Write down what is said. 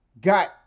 got